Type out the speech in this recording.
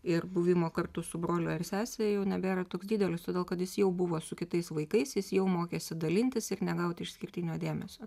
ir buvimo kartu su broliu ar sese jau nebėra toks didelis todėl kad jis jau buvo su kitais vaikais jis jau mokėsi dalintis ir negauti išskirtinio dėmesio